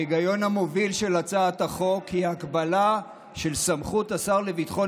ההיגיון המוביל של הצעת החוק הוא הקבלה של סמכות השר לביטחון